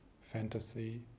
fantasy